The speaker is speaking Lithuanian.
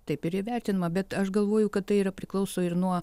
taip ir įvertinama bet aš galvoju kad tai yra priklauso ir nuo